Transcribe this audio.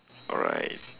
alright